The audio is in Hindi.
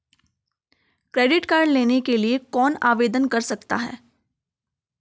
क्रेडिट कार्ड लेने के लिए कौन आवेदन कर सकता है?